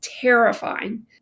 terrifying